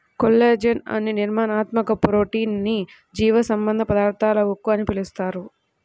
collagen అనే నిర్మాణాత్మక protein ని జీవసంబంధ పదార్థాల ఉక్కు అని పిలుస్తారు